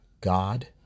God